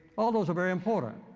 all those are very important.